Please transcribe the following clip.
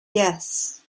yes